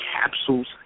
capsules